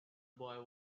boy